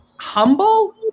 humble